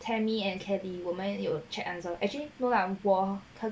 tammy and caddie 我们有 check answer actually no lah 我